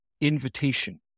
invitation